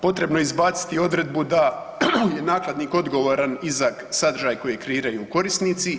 Potrebno je izbaciti i odredbu da je nakladnik odgovoran i za sadržaj koji kreiraju korisnici.